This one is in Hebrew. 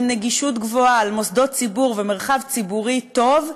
עם נגישות גבוהה של מוסדות ציבור ומרחב ציבורי טוב,